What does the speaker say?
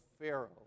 Pharaoh